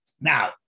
Now